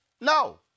No